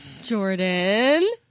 Jordan